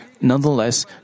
Nonetheless